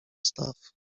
staw